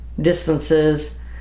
distances